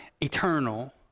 Eternal